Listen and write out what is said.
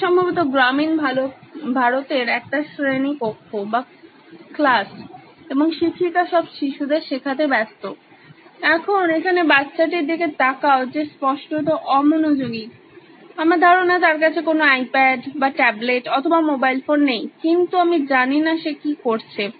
এটা সম্ভবত গ্রামীণ ভারতের একটা শ্রেণিকক্ষ এবং শিক্ষিকা সব শিশুদের শেখাতে ব্যস্ত এখন এখানে বাচ্চাটির দিকে তাকাও যে স্পষ্টত অমনোযোগী আমার ধারণা তার কাছে কোনো আইপ্যাড বা ট্যাবলেট অথবা মোবাইল ফোন নেই কিন্তু আমি জানি না সে কি করছে